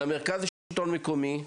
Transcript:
למרכזי לשלטון מקומי.